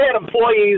employees